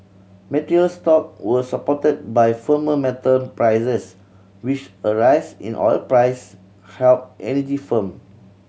materials stock were supported by firmer metal prices which a rise in oil price helped energy firm